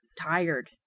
tired